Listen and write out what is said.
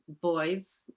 boys